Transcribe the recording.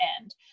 end